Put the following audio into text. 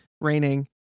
raining